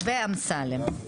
ואמסלם.